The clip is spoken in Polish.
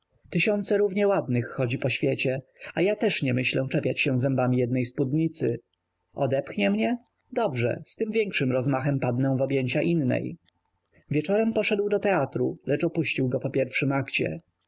tysiące równie ładnych chodzi po świecie a ja też nie myślę czepiać się zębami jednej spódnicy odepchnie mnie dobrze z tym większym rozmachem padnę w objęcia innej wieczorem poszedł do teatru lecz opuścił go po pierwszym akcie